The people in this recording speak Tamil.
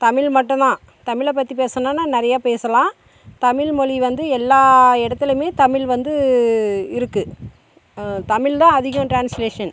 தமிழ் மட்டும்தான் தமிழை பற்றி பேசுணுன்னா நிறையா பேசலாம் தமிழ் மொழி வந்து எல்லா இடத்துலையுமே தமிழ் வந்து இருக்கு தமிழ் தான் அதிகம் ட்ரான்ஸ்லேஷன்